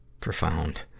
profound